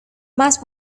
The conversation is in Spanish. más